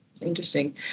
Interesting